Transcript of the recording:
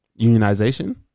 unionization